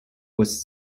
was